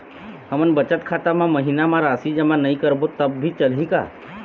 हमन बचत खाता मा महीना मा राशि जमा नई करबो तब भी चलही का?